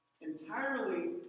Entirely